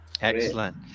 Excellent